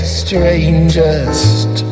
strangest